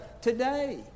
today